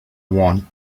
one